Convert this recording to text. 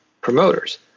promoters